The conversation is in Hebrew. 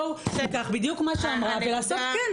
בואו נעשה בדיוק מה שהיא אמרה ולעשות כן,